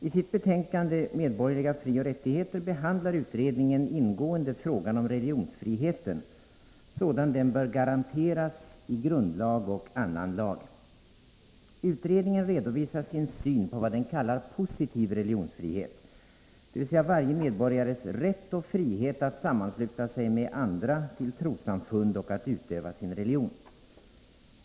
I sitt betänkande Medborgerliga frioch rättigheter behandlar utredningen ingående frågan om religionsfriheten, sådan den bör garanteras i grundlag och annan lag. Utredningen redovisar sin syn på vad den kallar positiv religionsfrihet, dvs. varje medborgares rätt och frihet att sammansluta sig med andra till trossamfund och att utöva sin religion.